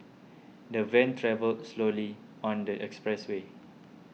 the van travelled slowly on the expressway